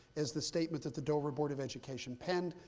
as the statement that the dover board of education penned?